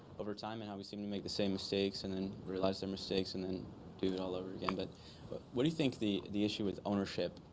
over time and how we seem to make the same mistakes and then realize their mistakes and then do it all over again. but but what do you think the the issue is ownership,